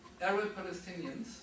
Arab-Palestinians